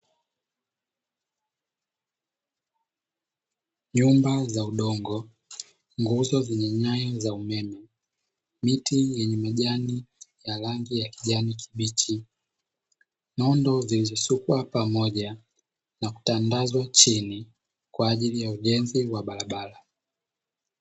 Nyumba za udongo, nguzo zenye nyaya za umeme, miti yenye majani ya rangi ya kijani kibichi, nondo zilizosukwa pamoja na kutandazwa chini kwa ajili ya ujenzi wa barabara.